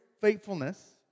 faithfulness